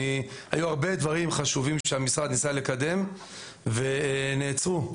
היו הרבה דברים חשובים שהמשרד ניסה לקדם והם נעצרו.